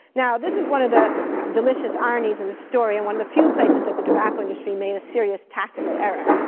this is one of the delicious ironies in the story and one of the few places that the tobacco industry made a serious tactical error.